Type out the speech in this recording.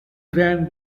grand